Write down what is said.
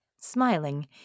Smiling